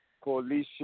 coalition